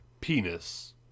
penis